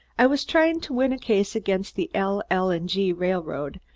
i was trying to win a case against the l. l. and g. railroad,